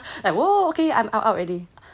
oh okay I'm out already